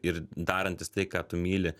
ir darantis tai ką tu myli